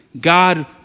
God